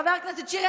חבר הכנסת שירי,